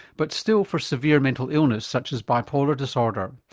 but still for severe mental illness such as bipolar disorder.